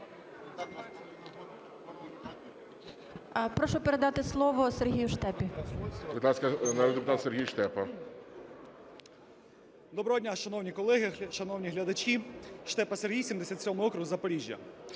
Доброго дня, шановні колеги, шановні глядачі! Штепа Сергій, 77 округ, Запоріжжя.